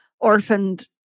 orphaned